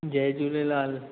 Jay Jhulelal